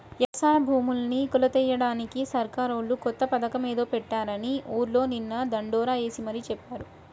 యవసాయ భూముల్ని కొలతలెయ్యడానికి సర్కారోళ్ళు కొత్త పథకమేదో పెట్టారని ఊర్లో నిన్న దండోరా యేసి మరీ చెప్పారు